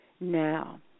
now